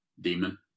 demon